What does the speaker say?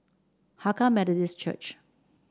Hakka Methodist Church